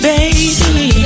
Baby